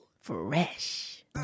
Fresh